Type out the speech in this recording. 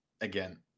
again